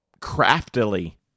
craftily